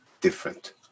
different